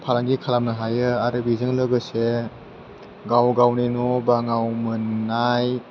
फालांगि खालामनो हायो आरो बेजों लोगोसे गाव गावनि न' बाङाव मोननाय